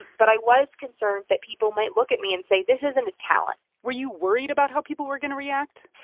but i was concerned that people might look at me and say, this isn't a talent were you worried about how people were going to react?